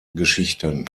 geschichten